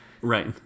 Right